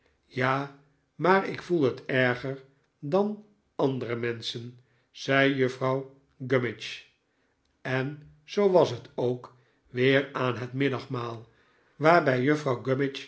ja maar ik voel het erger dan andere menschen zei juffrouw gummidge en zoo was het ook weer aan het middagmaal waarbij juffrouw